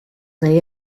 they